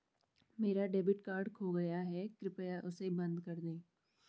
मेरा debit card खो गया है, कृपया उसे बंद कर दें